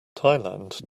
thailand